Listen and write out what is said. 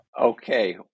Okay